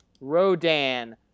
Rodan